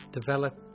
Develop